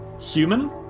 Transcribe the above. human